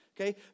okay